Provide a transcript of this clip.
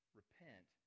Repent